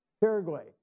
Paraguay